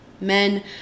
men